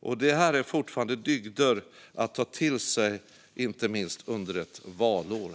Och detta är fortfarande dygder att ta till sig, inte minst under ett valår.